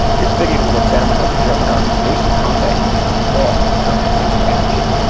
this video will examine how the german army's basic combat uniform evolved during its expansion,